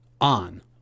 on